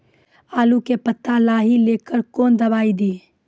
आलू के पत्ता लाही के लेकर कौन दवाई दी?